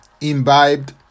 imbibed